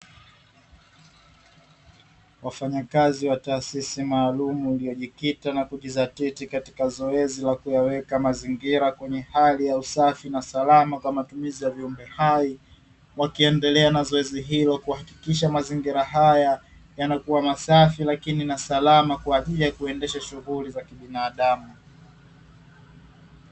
Wafanyakazi wa taasisi maalum inayojikita na kujidhatiti katika zoezi la kuyaweka mazingira kwenye hali ya usafi na salama kwa matumizi ya viumbe hai, wakiendelea na zoezi hilo kuhakikisha mazingira haya yanakuwa safi lakini na salama kwa ajili ya kuendesha shughuli za kibinadamu.